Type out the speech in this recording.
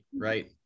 right